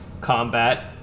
combat